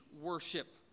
worship